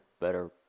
better